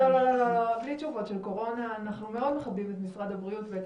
זה לא מה שדיברנו עליו מקודם עם מיכל ועם